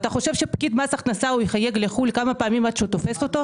אתה חושב שפקיד מס הכנסה יחייג לחו"ל כמה פעמים עד שהוא תופס אותו?